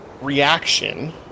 reaction